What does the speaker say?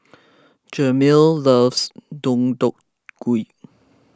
Jameel loves Deodeok Gui